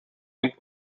been